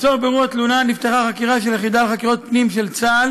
לצורך בירור התלונה נפתחה חקירה של היחידה לחקירות פנים של צה"ל,